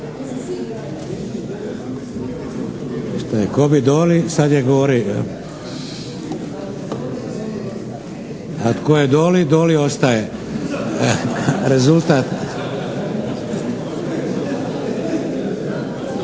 Ko' bi doli, sad je gori. A tko je doli, doli ostaje. Rezultat?